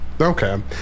Okay